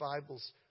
Bibles